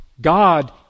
God